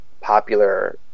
popular